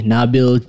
Nabil